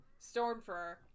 stormfur